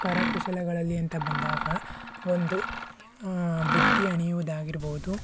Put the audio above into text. ಕರಕುಶಲಗಳಲ್ಲಿ ಅಂತ ಬಂದಾಗ ಒಂದು ಬುಟ್ಟಿ ಹೆಣೆಯುವುದಾಗಿರಬಹುದು